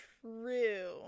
true